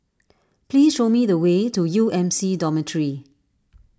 please show me the way to U M C Dormitory